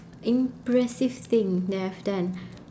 impressive thing that I've done